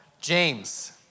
James